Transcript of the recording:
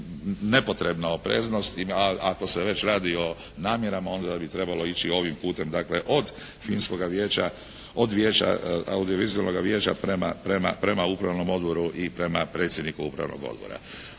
nepotrebna opreznost, ali ako se već radi o namjerama onda da bi trebalo ići ovim putem, dakle od filmskoga vijeća, od vijeća audiovizualnog vijeća prema upravnom odboru i prema predsjedniku upravnog odbora.